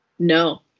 No